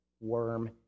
worm